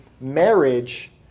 marriage